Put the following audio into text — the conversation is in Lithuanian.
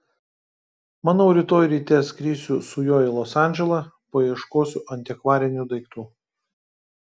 manau rytoj ryte skrisiu su juo į los andželą paieškosiu antikvarinių daiktų